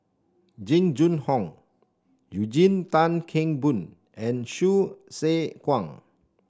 Jing Jun Hong Eugene Tan Kheng Boon and Hsu Tse Kwang